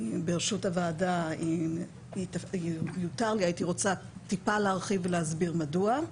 ברשות הוועדה אם יותר לי הייתי רוצה טיפה להרחיב ולהסביר מדוע.